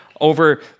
over